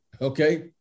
Okay